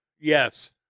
Yes